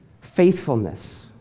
Faithfulness